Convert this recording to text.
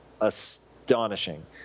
astonishing